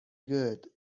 good